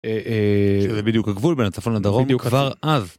שזה בדיוק הגבול בין הצפון לדרום כבר אז.